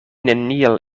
neniel